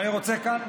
ואני רוצה כאן,